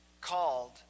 called